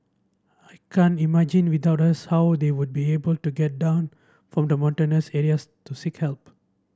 I can't imagine without us how they would be able to get down from the mountainous areas to seek help